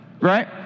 Right